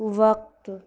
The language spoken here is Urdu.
وقت